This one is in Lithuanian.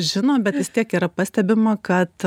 žino bet vis tiek yra pastebima kad